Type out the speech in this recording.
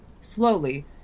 Slowly